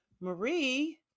marie